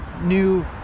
new